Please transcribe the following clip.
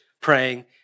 praying